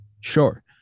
sure